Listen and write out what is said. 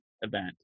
event